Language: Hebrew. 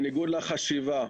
בניגוד לחשיבה.